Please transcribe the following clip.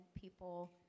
people